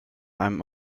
einem